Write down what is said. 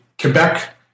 Quebec